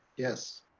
yes.